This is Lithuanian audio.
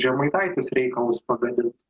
žemaitaitis reikalus pagadins